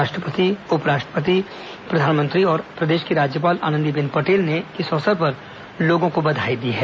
राष्ट्रपति उपराष्ट्रपति प्रधानमंत्री और प्रदेश की राज्यपाल आनंदीबेन पटेल ने इस अवसर पर लोगों को बधाई दी है